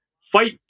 fight